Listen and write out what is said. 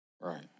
right